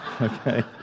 Okay